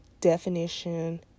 definition